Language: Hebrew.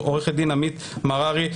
עו"ד עמית מררי,